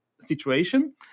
situation